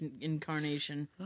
incarnation